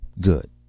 Good